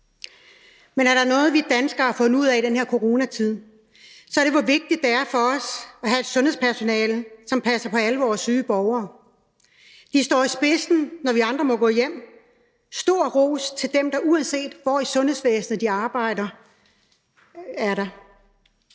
Men er der noget, vi danskere har fundet ud af i den her coronatid, så er det, hvor vigtigt det er for os at have et sundhedspersonale, som passer på alle vores syge borgere. De står i spidsen, når vi andre må gå hjem. Så stor ros til dem, der, uanset hvor i sundhedsvæsenet de arbejder, er der.